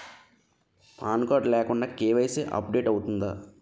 Pan card లేకుండా KYC update అవుతుందా?